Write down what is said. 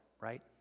right